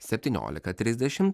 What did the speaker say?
septyniolika trisdešimt